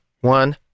One